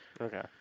Okay